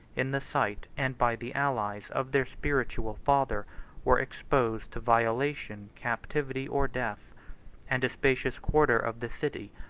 in the sight, and by the allies, of their spiritual father were exposed to violation, captivity, or death and a spacious quarter of the city,